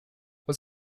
was